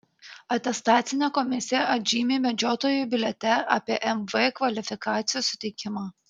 atestacinė komisija atžymi medžiotojų biliete apie mv kvalifikacijos suteikimą